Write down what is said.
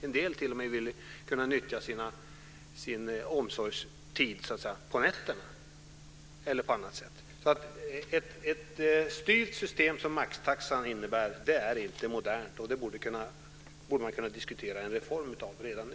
En del vill utnyttja barnomsorgen på nätterna eller på annat sätt. Ett sådant styrt system som maxtaxan innebär är inte modernt, och redan nu borde man kunna diskutera en reform av den.